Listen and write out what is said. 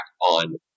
on